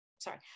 Sorry